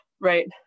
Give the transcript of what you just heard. right